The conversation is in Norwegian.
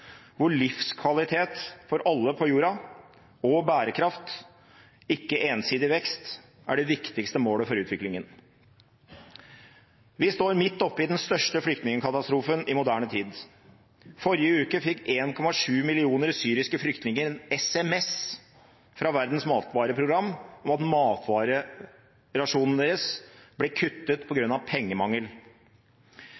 hvor livskvalitet for alle på jorda og bærekraft, ikke ensidig vekst, er det viktigste målet for utviklingen. Vi står midt oppe i den største flyktningkatastrofen i moderne tid. Forrige uke fikk 1,7 millioner syriske flyktninger en SMS fra Verdens matvareprogram om at matvarerasjonen deres ble kuttet på